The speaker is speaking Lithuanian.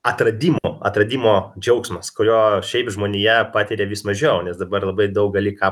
atradimo atradimo džiaugsmas kurio šiaip žmonija patiria vis mažiau nes dabar labai daug gali ką